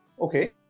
Okay